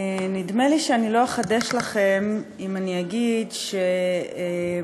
נדמה לי שאני לא אחדש לכם אם אני אגיד שיום